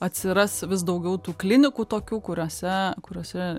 atsiras vis daugiau tų klinikų tokių kuriuose kuriose